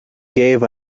gave